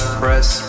press